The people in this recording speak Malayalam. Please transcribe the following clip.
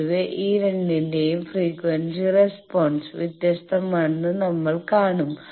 പൊതുവെ ഈ രണ്ടിന്റെയും ഫ്രീക്വൻസി റെസ്പോൺസ് വ്യത്യസ്തമാണെന്ന് നമ്മൾ കാണും